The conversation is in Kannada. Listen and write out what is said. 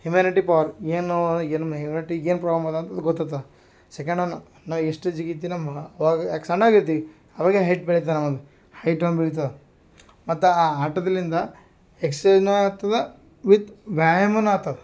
ಹಿಮ್ಯಾನಿಟಿ ಪವರ್ ಏನು ಏನು ಈಗ ಏನು ಪ್ರಾಬ್ಲಮ್ ಅದ ಅಂತದು ಗೊತ್ತಾತ ಸೆಕೆಂಡ್ ಒನ್ ನಾ ಎಷ್ಟು ಜಿಗಿತಿನಿ ಮ ಅವಾಗ ಯಾಕೆ ಸಣ್ಣಾಗೆ ಇದ್ದಿವಿ ಅವಾಗೆ ಹೆಚ್ಚು ಬೆಳಿತಾನೆ ಅವ್ನು ಹೈಟಾಗಿ ಬೆಳಿತಾನೆ ಮತ್ತು ಆ ಆಟದಲಿಂದ ಎಕ್ಸ್ಸೈಜ್ನು ಆಗ್ತದ ವಿತ್ ವ್ಯಾಯಾಮನು ಆತದ